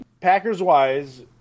Packers-wise